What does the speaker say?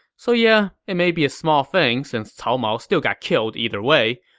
so yeah it may be a small thing since cao mao still got killed either way,